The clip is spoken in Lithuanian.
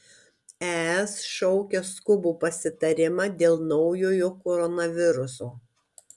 es šaukia skubų pasitarimą dėl naujojo koronaviruso